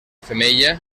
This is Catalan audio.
femella